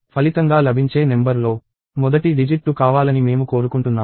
ఫలితంగా లభించే నెంబర్ లో మొదటి డిజిట్ 2 కావాలని మేము కోరుకుంటున్నాము